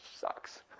sucks